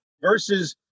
versus